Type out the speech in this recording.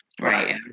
Right